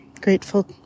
grateful